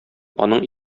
аның